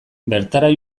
bertara